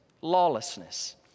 lawlessness